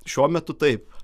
šiuo metu taip